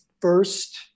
first